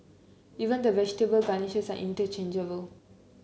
even the vegetable garnishes are interchangeable